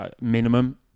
minimum